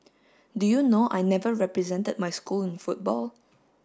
do you know I never represented my school in football